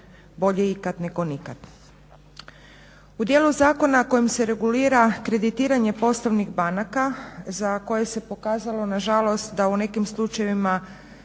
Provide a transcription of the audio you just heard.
bolje ikad nego nikad. U dijelu zakona kojim se regulira kreditiranje poslovnih banaka za koje se pokazalo nažalost da u nekim slučajevima